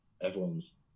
everyone's